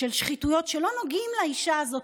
של שחיתויות שלא נוגעים לאישה הזאת,